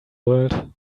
world